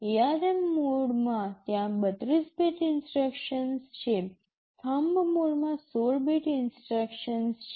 ARM મોડમાં ત્યાં ૩૨ bit instructions છે થમ્બ મોડમાં ૧૬ બીટ ઇન્સટ્રક્શન્સ છે